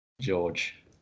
George